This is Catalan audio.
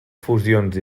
fusions